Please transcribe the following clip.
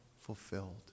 fulfilled